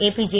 APJ